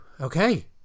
okay